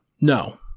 No